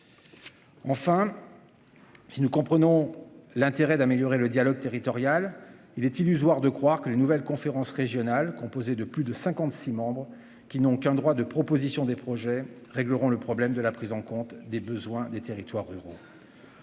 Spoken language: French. Enfin. Si nous comprenons l'intérêt d'améliorer le dialogue territorial. Il est illusoire de croire que les nouvelles conférence régionale composée de plus de 56 membres qui n'ont aucun droit de propositions, des projets régleront le problème de la prise en compte des besoins des territoires ruraux.